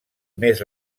més